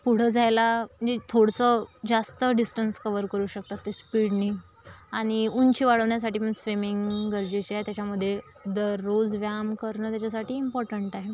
पुढं जायला मजे थोडंसं जास्त डीस्टन्स कव्हर करू शकतात ते स्पीडने आणि उंची वाढवण्यासाठी पण स्विमिंग गरजेची आहे त्याच्यामध्ये दररोज व्यायाम करणं त्याच्यासाठी इम्पॉर्टंट आहे